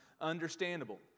understandable